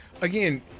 again